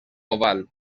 oval